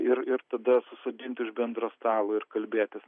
ir ir tada susodint už bendro stalo ir kalbėtis